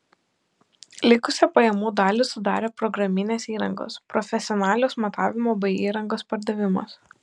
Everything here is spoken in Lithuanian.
likusią pajamų dalį sudarė programinės įrangos profesionalios matavimo bei įrangos pardavimas